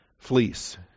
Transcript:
fleece